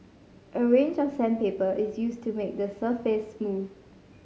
a range of sandpaper is used to make the surface smooth